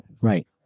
Right